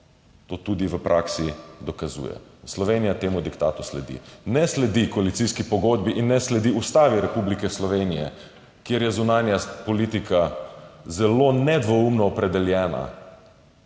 to tudi v praksi dokazuje. Slovenija temu diktatu sledi. Ne sledi koalicijski pogodbi in ne sledi Ustavi Republike Slovenije, kjer je zunanja politika zelo nedvoumno opredeljena